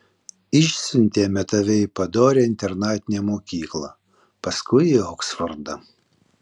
išsiuntėme tave į padorią internatinę mokyklą paskui į oksfordą